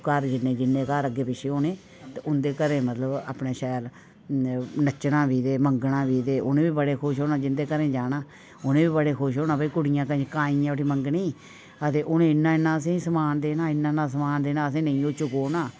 घर जि'नें घर अग्गें पिच्छें होने उं'दे घरें मतलब बड़े शैल नच्चना बी ते मंगना बी ते उ'नें बी बड़े खुश होना जिंदे घरें जाना केह् कुड़ियां कंजकां आइयां मंगनें गी ते उ'नें इन्ना इन्ना असेंगी समान देना असें नेईं ओह् चकोना